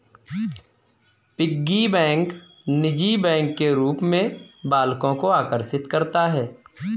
piggy bank निजी bank के रूप में बालकों को आकर्षित करता है